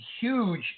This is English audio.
huge